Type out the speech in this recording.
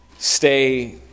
stay